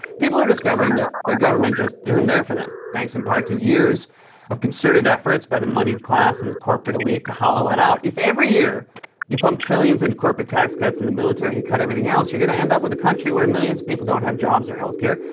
people are discovering that their government just isn't there for them, thanks in part to years of concerted efforts by the moneyed class and the corporate elite to hollow it out. if every year you pump trillions into corporate tax cuts and the military and cut everything else, you're gonna end up with a country where millions of people don't have jobs or healthcare,